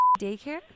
daycare